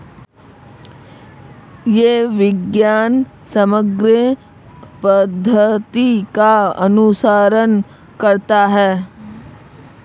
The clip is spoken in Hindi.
यह विज्ञान समग्र पद्धति का अनुसरण करता है